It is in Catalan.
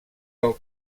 del